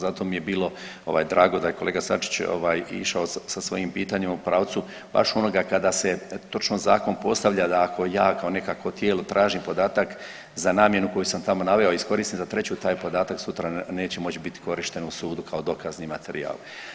Zato mi je bilo ovaj drago da je kolega Sačić ovaj išao sa svojim pitanjem u pravcu baš onoga kada se točno zakon postavlja da ako ja kao nekakvo tijelo tražim podatak za namjenu koju sam tamo naveo, a iskoristim za treću taj podatak sutra neće moći biti korišten u sudu kao dokazni materijal.